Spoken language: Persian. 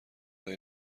های